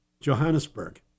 Johannesburg